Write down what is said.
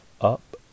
up